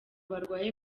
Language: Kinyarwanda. barwaye